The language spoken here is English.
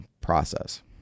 process